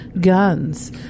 guns